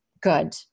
good